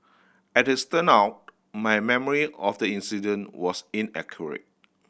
as it turned out my memory of the incident was inaccurate